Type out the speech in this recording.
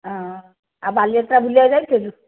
ହଁ ଆଉ ବାଲିଯାତ୍ରା ବୁଲିବାକୁ ଯାଇଥିଲୁ